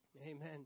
Amen